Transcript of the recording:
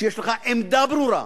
שיש לך עמדה ברורה,